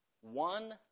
one